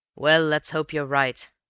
well, let's hope you are right.